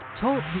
Talk